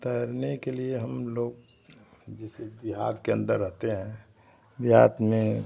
तैरने के लिए हम लोग जैसे देहात के अंदर रहते हैं देहात में